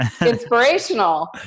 inspirational